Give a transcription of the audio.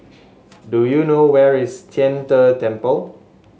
do you know where is Tian De Temple